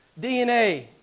DNA